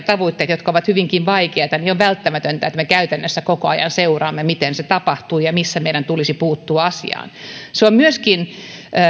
tavoitteita jotka ovat hyvinkin vaikeita on välttämätöntä että me käytännössä koko ajan seuraamme miten se tapahtuu ja missä meidän tulisi puuttua asiaan se on myöskin